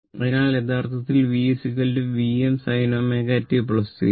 അതിനാൽ യഥാർത്ഥത്തിൽ v Vm sin